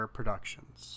Productions